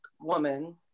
woman